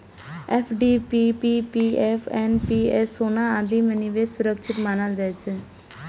FD, PPF, NPS, सोना आदि मे निवेश सुरक्षित मानल जाइ छै